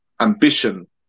ambition